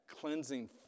cleansing